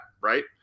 right